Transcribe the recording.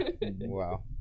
Wow